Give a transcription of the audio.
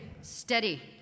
Steady